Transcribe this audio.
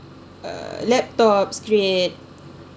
uh laptops create